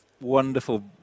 wonderful